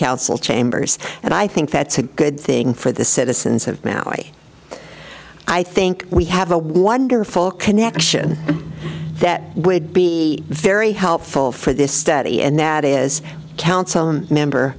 council chambers and i think that's a good thing for the citizens of maui i think we have a wonderful connection that would be very helpful for this study and that is council member